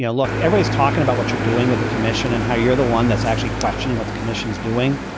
you know look, every talking about what you're doing with the commission and how you're the one that's actually questioning what the commission's doing.